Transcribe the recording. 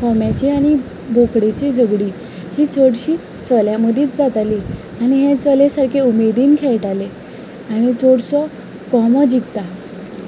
कोंब्याचे आनी बोकडेचीं झगडीं हीं चडशीं चल्या मदींच जातालीं आनी हे चले सारके उमेदीन खेळटाले आनी चडसो कोंबो जिखता